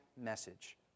message